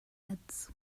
heads